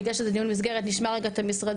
בגלל שזה דיון מסגרת, נשמע רק את המשרדים.